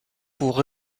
pour